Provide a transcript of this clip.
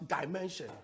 dimension